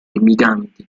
remiganti